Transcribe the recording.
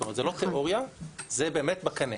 זאת אומרת זה לא תיאוריה זה באמת בקנה.